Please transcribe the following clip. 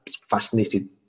fascinated